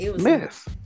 mess